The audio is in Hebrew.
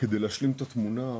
כדי להשלים את התמונה,